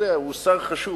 הוא שר חשוב,